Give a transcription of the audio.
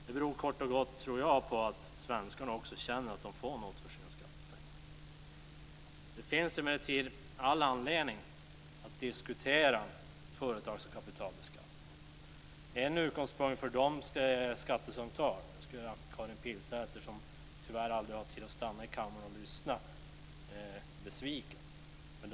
Det tror jag kort och gott beror på att svenskarna också känner att de får något för sina skattepengar. Det finns emellertid all anledning att diskutera företags och kapitalbeskattningen. En utgångspunkt för de skattesamtal som nu förs mellan riksdagspartierna är att stärka företagsklimatet och de långsiktiga tillväxtmöjligheterna.